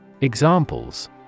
Examples